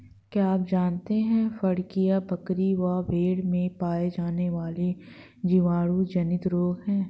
क्या आप जानते है फड़कियां, बकरी व भेड़ में पाया जाने वाला जीवाणु जनित रोग है?